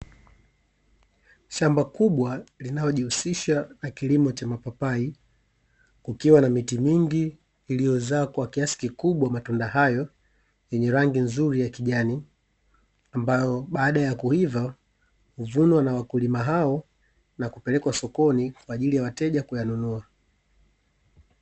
Shamba kubwa linalojihusisha na kilimo cha mapapai, kukiwa na miti mingi iliyozaa Kwa kiasi kikubwa matunda hayo, yenye rangi nzuri ya kijani, ambayo baada ya kuiva huvunwa na wakulima hao, na kupeleka sokoni kwaajili ya wateja kuyanunua.